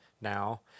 now